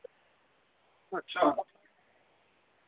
अच्छा